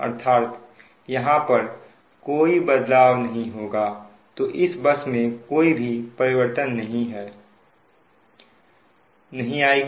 अर्थात यहां पर कोई बदलाव होगा तो इस बस में कोई भी परिवर्तन है नहीं आएगी